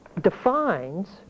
defines